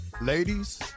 Ladies